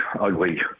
ugly